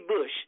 bush